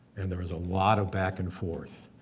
and there was a lot of back and forth,